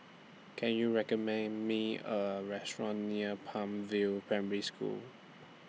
Can YOU recommend Me A Restaurant near Palm View Primary School